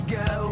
go